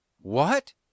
What